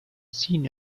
seen